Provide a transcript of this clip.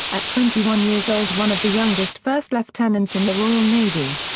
at twenty one years old one of the youngest first lieutenants in the royal navy.